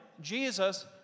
Jesus